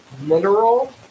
mineral